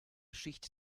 schicht